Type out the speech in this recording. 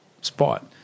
spot